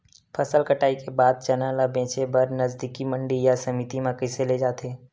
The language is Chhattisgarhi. फसल कटाई के बाद चना ला बेचे बर नजदीकी मंडी या समिति मा कइसे ले जाथे?